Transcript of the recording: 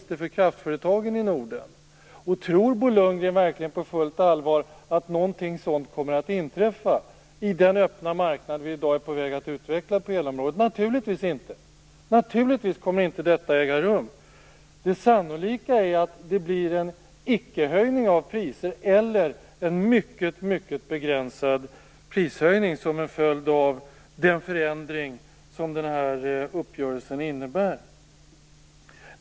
Tror Bo Lundgren verkligen på fullt allvar att någonting sådant kommer att inträffa på den öppna marknad vi i dag är på väg att utveckla på elområdet? Naturligtvis inte. Naturligtvis kommer detta inte att äga rum. Det sannolika är att det blir en ickehöjning av priser eller en mycket begränsad prishöjning som en följd av den förändring som uppgörelsen innebär.